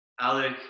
Alec